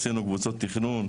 עשינו קבוצות תכנון,